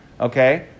okay